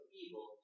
evil